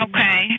Okay